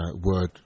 word